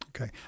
okay